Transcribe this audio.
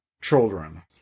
children